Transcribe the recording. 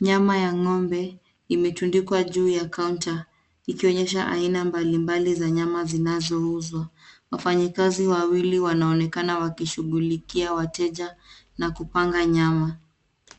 Nyama ya ng'ombe imetundikwa juu ya kaunta ikionyesha aina mbalimbali za nyama zinazouzwa. Wafanyikazi wawili wanaonekana wakishughulikia wateja na kupanga nyama.